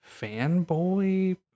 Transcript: fanboy